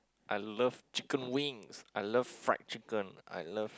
I love chicken wings I love fried chicken I love